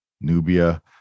Nubia